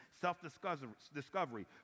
self-discovery